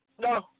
No